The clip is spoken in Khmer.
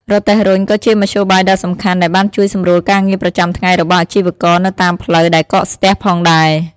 រទេះរុញក៏ជាមធ្យោបាយដ៏សំខាន់ដែលបានជួយសម្រួលការងារប្រចាំថ្ងៃរបស់អាជីវករនៅតាមផ្លូវដែលកកស្ទះផងដែរ។